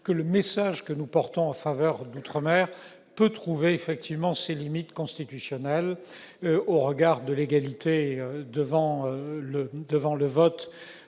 que le message que nous portons en faveur de l'outre-mer peut trouver des limites constitutionnelles, au regard de l'égalité devant le vote.